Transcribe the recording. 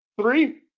three